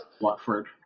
Watford